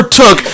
took